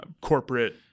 corporate